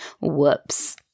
whoops